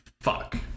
fuck